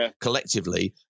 collectively